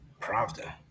Pravda